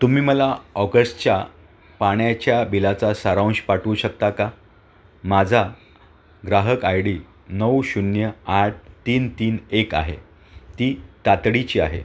तुम्ही मला ऑगस्सच्या पाण्याच्या बिलाचा सारांंश पाठवू शकता का माझा ग्राहक आय डी नऊ शून्य आठ तीन तीन एक आहे ती तातडीची आहे